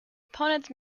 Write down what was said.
opponents